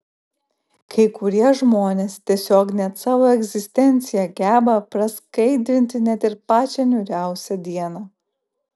kai kurie žmonės tiesiog savo egzistencija geba praskaidrinti net ir pačią niūriausią dieną